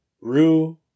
Rue